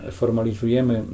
formalizujemy